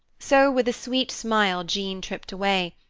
so with a sweet smile jean tripped away,